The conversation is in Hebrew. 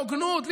בהוגנות,